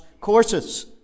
courses